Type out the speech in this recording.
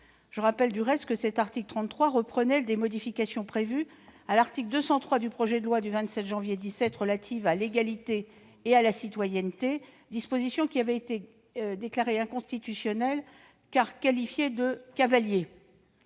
Je rappelle du reste que l'article 33 reprenait des modifications déjà prévues à l'article 203 de la loi du 27 janvier 2017 relative à l'égalité et à la citoyenneté, dispositions qui avaient été déclarées inconstitutionnelles, car qualifiées de « cavalier